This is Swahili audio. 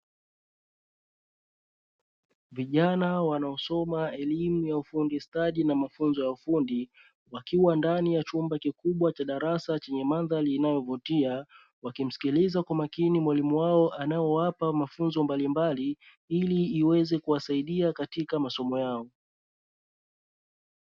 Vijana wanaosoma elimu ya ufundi stadi na mafunzo ya ufundi wakiwa ndani ya chumba kikubwa cha darasa chenye mandhari inayovutia wakimsikiliza kwa makini mwalimu wao anaewapa mafunzo mbali mbali ili iweze kuwasaidia katika masomo yao.